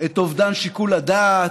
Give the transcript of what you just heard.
את אובדן שיקול הדעת,